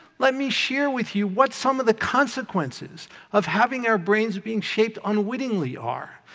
let me share with you what some of the consequences of having our brains being shaped unwittingly are.